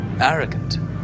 arrogant